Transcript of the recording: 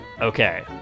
Okay